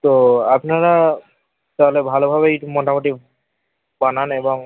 তো আপনারা তাহলে ভালোভাবেই মোটামুটি বানান এবং